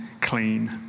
clean